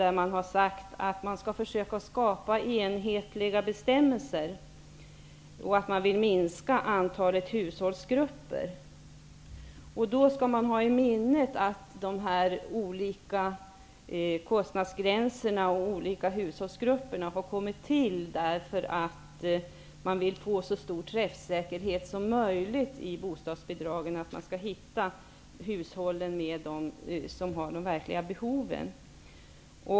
Där sägs att man skall försöka skapa enhetliga bestämmelser och att man vill minska antalet hushållsgrupper. Då skall vi ha i minnet att de olika kostnadsgränserna och hushållsgrupperna har kommit till därför att man vill få en så stor träffsäkerhet som möjligt i bostadsbidragen. Man skall försöka hitta de hushåll som har de verkliga behoven.